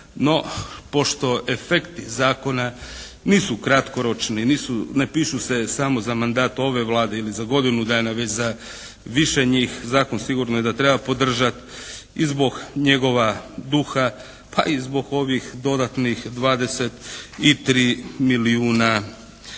No, pošto efekti zakona nisu kratkoročni, ne pišu se samo za mandat ove Vlade ili za godinu dana, već za više njih, zakon sigurno je da treba podržati i zbog njegova duha, pa i zbog ovih dodatnih 23 milijuna kuna